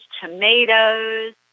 tomatoes